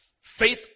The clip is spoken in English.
Faith